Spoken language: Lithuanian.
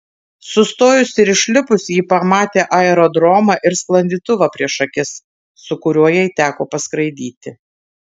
sustojusi ir išlipusi ji pamatė aerodromą ir sklandytuvą prieš akis su kuriuo jai teko paskraidyti